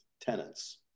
tenants